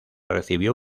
recibió